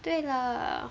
对 lah